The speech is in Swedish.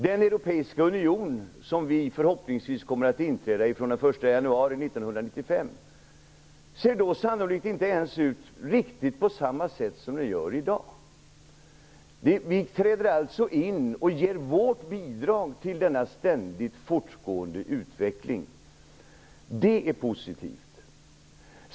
Den europeiska union som vi förhoppningsvis kommer att inträda i den 1 januari 1995 ser då sannolikt inte riktigt ut på samma sätt som den gör i dag. Vi träder in i och ger vårt bidrag till denna ständigt fortgående utveckling, och det är positivt.